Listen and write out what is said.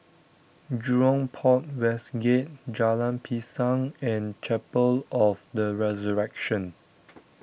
Jurong Port West Gate Jalan Pisang and Chapel of the Resurrection